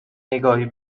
نگاهی